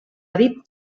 aviv